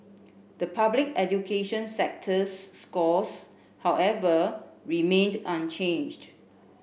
the Public education sector's scores however remained unchanged